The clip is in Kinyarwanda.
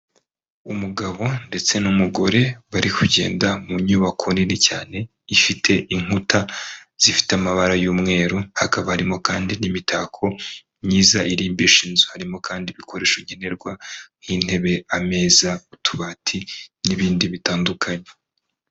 Umugabo ndetse n'umugore bari kugenda mu nyubako nini cyane ifite inkuta zifite amabara y'umweru hakaba harimo kandi n'imitako myiza irimbisha inzu harimo kandi ibikoresho bigenerwa nk'intebe ameza, utubati, n'ibindi bitandukanye.